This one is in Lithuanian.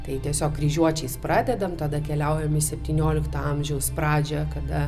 tai tiesiog kryžiuočiais pradedam tada keliaujam į septyniolikto amžiaus pradžią kada